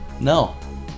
No